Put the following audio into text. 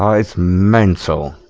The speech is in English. christ mental